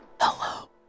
hello